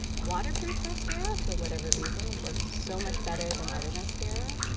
waterproof mascara for whatever reason works so much better than other mascara.